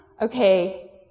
okay